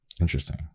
Interesting